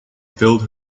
filled